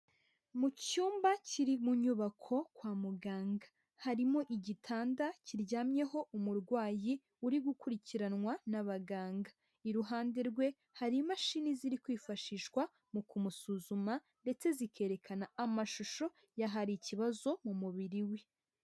Mu cyumba kiri mu nyubako kwa muganga, harimo igitanda kiryamyeho umurwayi uri gukurikiranwa n'abaganga, iruhande rwe hari imashini ziri kwifashishwa mu kumusuzuma, ndetse zikerekana amashusho y'ahari ikibazo mu mubiri we.